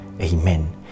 Amen